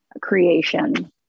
creation